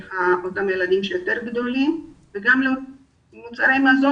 ילדים שהם יותר גדולים וגם לרגישות למזון,